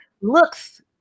looks